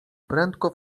prędko